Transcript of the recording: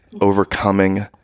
Overcoming